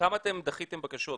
כמה אתם דחיתם בקשות?